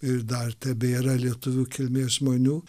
ir dar tebėra lietuvių kilmės žmonių